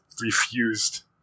refused